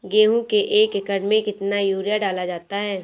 गेहूँ के एक एकड़ में कितना यूरिया डाला जाता है?